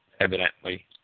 evidently